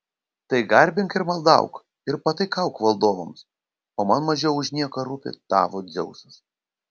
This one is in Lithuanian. tai garbink ir maldauk ir pataikauk valdovams o man mažiau už nieką rūpi tavo dzeusas